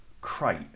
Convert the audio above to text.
crate